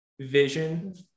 vision